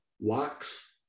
locks